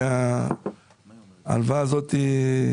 בעזרת השם,